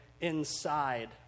inside